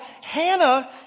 Hannah